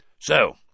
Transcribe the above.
So